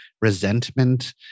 resentment